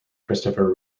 christopher